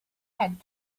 had